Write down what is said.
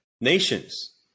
nations